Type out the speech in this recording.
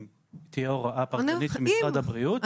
תהיה הוראה פרטנית ממשרד הבריאות- -- הינה,